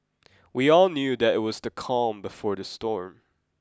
we all knew that it was the calm before the storm